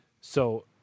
So-